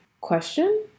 Question